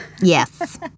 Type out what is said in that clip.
Yes